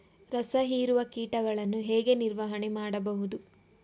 ರಸ ಹೀರುವ ಕೀಟಗಳನ್ನು ಹೇಗೆ ನಿರ್ವಹಣೆ ಮಾಡಬಹುದು?